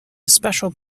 special